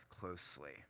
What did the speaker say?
closely